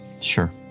Sure